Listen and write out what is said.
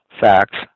facts